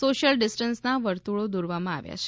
social ડિસ્ટન્સના વર્તુળો દોરવામાં આવ્યા છે